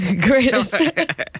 Greatest